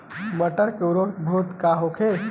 मटर के उन्नत प्रभेद का होखे?